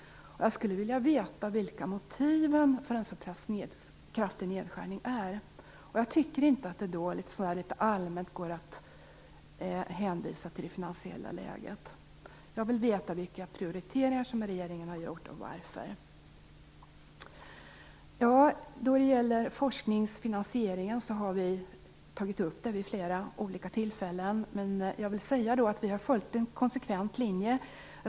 Jag skulle vilja veta vilka motiven för en så pass kraftig nedskärning är. Det räcker inte då att litet allmänt hänvisa till det finansiella läget. Jag vill veta vilka prioriteringar regeringen har gjort och varför. Vi har tagit upp forskningsfinansieringen vid flera olika tillfällen, men jag vill säga att vi har följt en konsekvent linje.